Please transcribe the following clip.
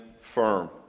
firm